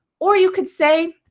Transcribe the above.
or you could say,